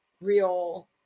real